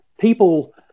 people